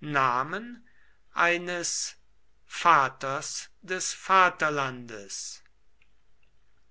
namen eines vaters des vaterlandes